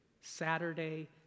Saturday